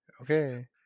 Okay